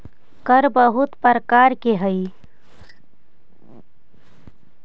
कर बहुत प्रकार के हई